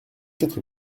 quatre